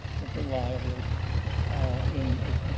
but reliably in its